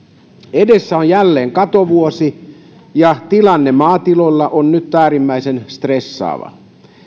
edessä on jälleen katovuosi ja tilanne maatiloilla on nyt äärimmäisen stressaava